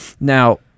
Now